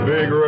Big